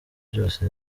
byose